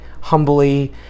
humbly